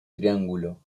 triángulo